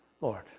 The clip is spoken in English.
Lord